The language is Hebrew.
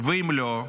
ואם לא,